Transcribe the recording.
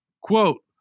Quote